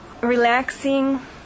Relaxing